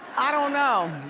i don't know. ow,